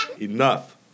Enough